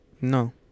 No